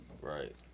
Right